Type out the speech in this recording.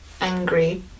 angry